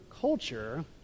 culture